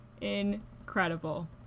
incredible